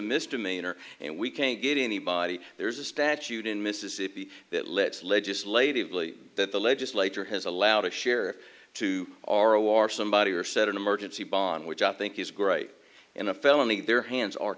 misdemeanor and we can't get anybody there's a statute in mississippi that let's legislatively that the legislature has allowed a share to or a war somebody or set an emergency bond which i think is great in a felony their hands are